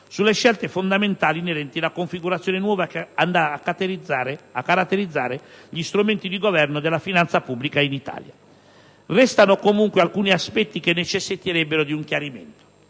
sulle scelte fondamentali inerenti la configurazione nuova che andrà a caratterizzare gli strumenti di governo della finanza pubblica in Italia. Restano comunque alcuni aspetti che necessiterebbero di un chiarimento.